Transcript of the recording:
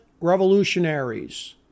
revolutionaries